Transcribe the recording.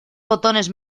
botones